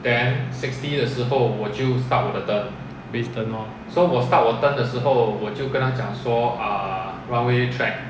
base turn lor